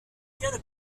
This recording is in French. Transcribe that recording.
quelle